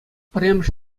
пӗрремӗш